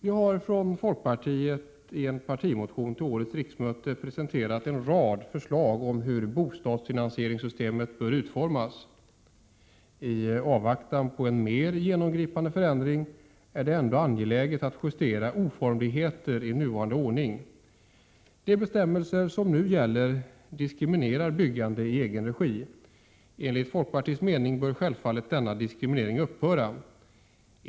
Vi har från folkpartiet i en partimotion till årets riksmöte presenterat en rad förslag om hur bostadsfinansieringssystemet bör reformeras. I avvaktan på en mer genomgripande förändring är det ändå angeläget att justera oformligheter i nuvarande ordning. De bestämmelser som nu gäller diskriminerar byggande i egen regi. Enligt folkpartiets mening bör självfallet denna diskriminering upphöra.